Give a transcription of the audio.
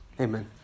Amen